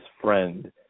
friend